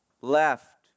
left